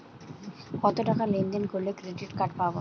কতটাকা লেনদেন করলে ক্রেডিট কার্ড পাব?